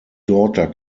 daughter